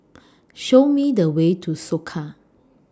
Show Me The Way to Soka